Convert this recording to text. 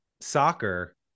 soccer